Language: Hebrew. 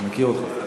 אני מכיר אותך.